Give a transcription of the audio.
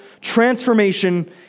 transformation